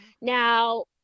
Now